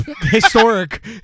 Historic